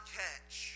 catch